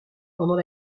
pendant